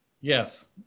Yes